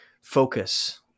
focus